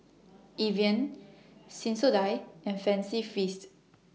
Evian Sensodyne and Fancy Feast